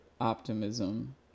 optimism